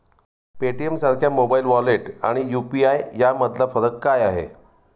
पेटीएमसारख्या mobile wallet आणि UPI यामधला फरक काय आहे?